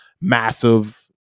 massive